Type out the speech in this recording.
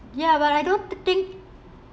ya but I don't think